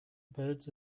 birds